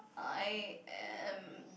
I am